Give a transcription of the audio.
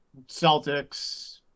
Celtics